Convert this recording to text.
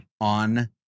on